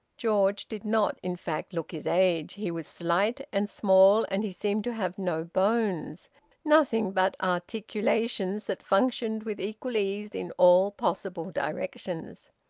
george did not in fact look his age. he was slight and small, and he seemed to have no bones nothing but articulations that functioned with equal ease in all possible directions.